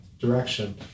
direction